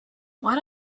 what